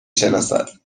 شناسد